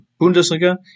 Bundesliga